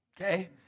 Okay